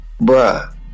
Bruh